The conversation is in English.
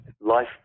life